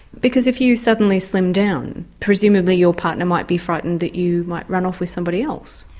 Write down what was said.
because if you suddenly slim down presumably your partner might be frightened that you might run off with somebody else.